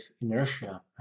inertia